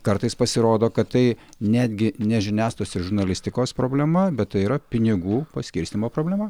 kartais pasirodo kad tai netgi ne žiniasklaidos ir žurnalistikos problema bet tai yra pinigų paskirstymo problema